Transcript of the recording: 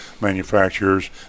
manufacturers